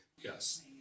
Yes